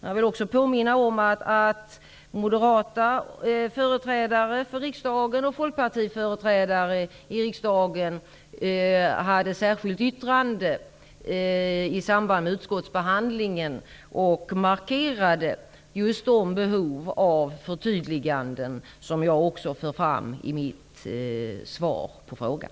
Jag vill också påminna om att moderata och folkpartistiska företrädare i riksdagen har haft ett särskilt yttrande i samband med utskottsbehandlingen. Då markerades just de behov av förtydliganden som jag också för fram i mitt svar på frågan.